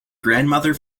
grandmother